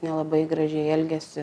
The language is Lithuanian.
nelabai gražiai elgiasi